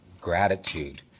gratitude